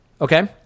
okay